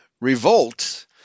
revolt